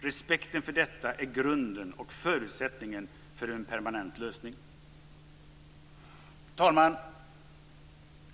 Respekten för detta är grunden och förutsättningen för en permanent lösning. Fru talman!